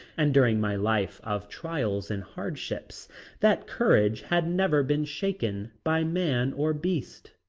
and during my life of trials and hardships that courage had never been shaken by man or beast,